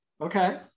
okay